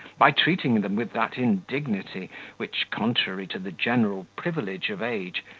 by treating them with that indignity which, contrary to the general privilege of age,